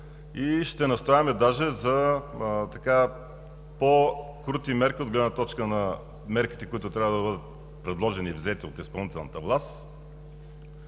и ще настояваме дори за по-крути мерки от гледна точка на мерките, които трябва да бъдат предложени и взети от изпълнителната власт,